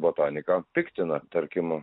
botaniką piktina tarkim